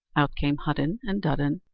out came hudden and dudden,